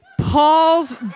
Paul's